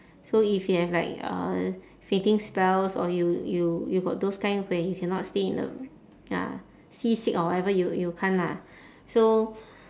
so if you have like uh fainting spells or you you you got those kind where you cannot stay in the ya seasick or whatever you you can't lah so